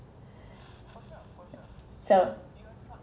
so